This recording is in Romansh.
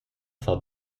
far